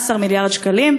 18 מיליארד שקלים,